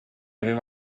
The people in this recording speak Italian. aveva